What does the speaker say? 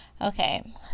Okay